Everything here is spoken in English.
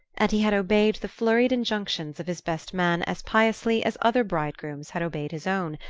and he had obeyed the flurried injunctions of his best man as piously as other bridegrooms had obeyed his own,